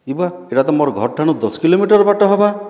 ଇବା ହେଟା ତ ମୋର୍ ଘର୍ଟାଣୁ ଦଶ୍ କିଲୋମିଟର ବାଟ ହବା